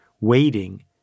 waiting